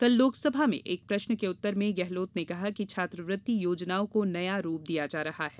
कल लोकसभा में एक प्रश्न के उत्तर में गहलोत ने कहा कि छात्रवृत्ति योजनाओं को नया रूप दिया जा रहा है